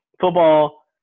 football